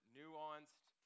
nuanced